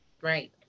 right